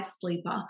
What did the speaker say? sleeper